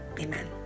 Amen